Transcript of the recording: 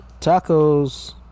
Tacos